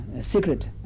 secret